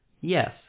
yes